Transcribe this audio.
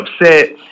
upset